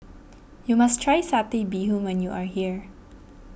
you must try Satay bBee Hoon when you are here